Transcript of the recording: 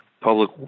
public